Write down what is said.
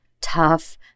tough